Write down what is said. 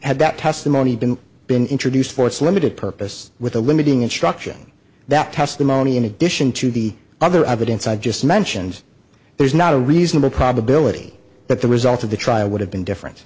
had that testimony been introduced for its limited purpose with a limiting instruction that testimony in addition to the other evidence i just mentioned there's not a reasonable probability that the results of the trial would have been different